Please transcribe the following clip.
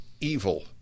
evil